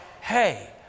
Hey